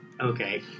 Okay